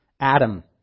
Adam